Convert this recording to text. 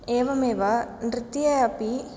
एवमेव नृत्ये अपि